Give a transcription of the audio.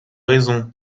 raison